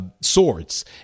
swords